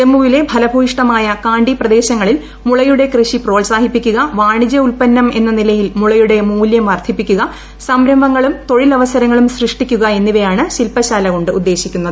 ജമ്മുവിലെ ഫലഭൂയിഷ്ഠമായ കാണ്ടി പ്രദേശങ്ങളിൽ മുളയുടെ കൃഷി പ്രോത്സാഹിപ്പിക്കുക വാണിജ്യ ഉൽപന്നം എന്ന നിലയിൽ മുള്യൂടെ മൂല്യം വർദ്ധിപ്പിക്കുക സംരംഭങ്ങളും തൊഴിലവസരങ്ങളും സൃഷ്ടിക്കുക എന്നിവയാണ് ശിൽപശാല കൊണ്ട് ഉദ്ദേശിക്കുന്നത്